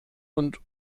und